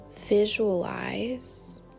visualize